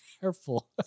careful